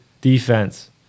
Defense